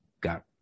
got